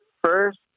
First